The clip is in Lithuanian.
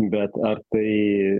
bet ar tai